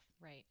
Right